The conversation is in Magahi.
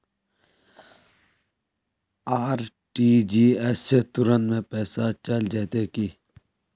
आर.टी.जी.एस से तुरंत में पैसा चल जयते की?